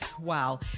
wow